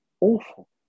awful